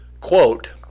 quote